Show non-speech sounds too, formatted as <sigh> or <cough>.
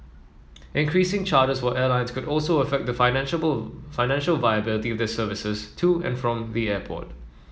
increasing charges for airlines could also affect the financial <unintelligible> financial viability of their services to and from the airport